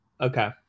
okay